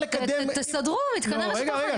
תסדרו מתקני רשת הולכה.